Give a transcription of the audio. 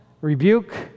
rebuke